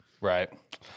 Right